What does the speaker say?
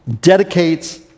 dedicates